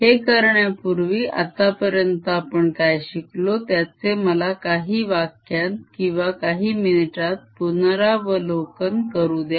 हे करण्यापूर्वी आतापर्यंत आपण काय शिकलो त्याचे मला काही वाक्यांत किंवा काही मिनिटांत पुनरावलोकन करू द्या